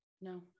no